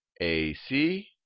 ac